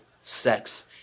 sex